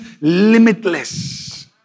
limitless